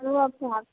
चलो आप साथ